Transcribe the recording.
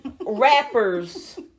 rappers